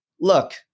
look